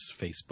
Facebook